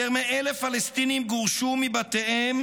יותר מ-1,000 פלסטינים גורשו מבתיהם